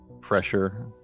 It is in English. pressure